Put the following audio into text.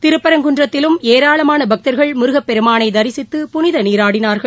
திருப்பரங்குன்றத்திலும் ஏராளமான பக்தர்கள் முருகப்பெருமானை தரிசித்து புனித நீராடினார்கள்